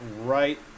right